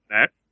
next